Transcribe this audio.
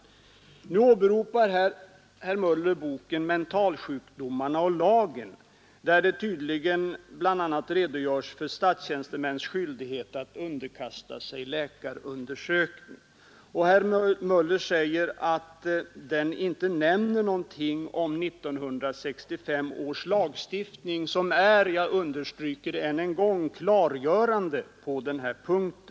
Herr Möller åberopar boken Mentalsjukdomarna och lagen, där det tydligen bl.a. redogörs för statstjänstemännens skyldighet att underkasta sig läkarundersökning. Herr Möller säger att den inte nämner någonting om 1965 års lagstiftning, som är — jag understryker det ännu en gång — klargörande på denna punkt.